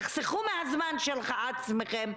תחסכו מהזמן שלכם,